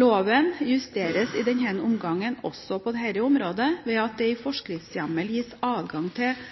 Loven justeres i denne omgangen også på dette området, ved at det i forskriftshjemmel gis adgang til